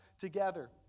together